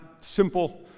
simple